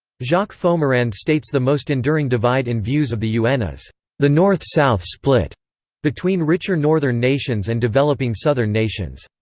jacques fomerand states the most enduring divide in views of the un is the north-south split between richer northern nations and developing southern nations.